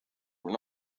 were